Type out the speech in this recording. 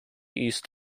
east